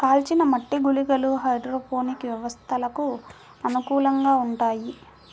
కాల్చిన మట్టి గుళికలు హైడ్రోపోనిక్ వ్యవస్థలకు అనుకూలంగా ఉంటాయి